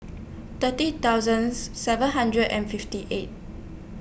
thirty thousands seven hundred and fifty eight